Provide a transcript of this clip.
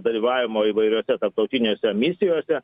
dalyvavimo įvairiose tarptautinėse misijose